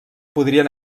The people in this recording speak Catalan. podrien